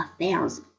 affairs